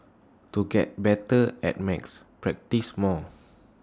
to get better at max practise more